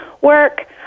work